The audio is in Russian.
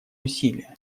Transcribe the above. усилия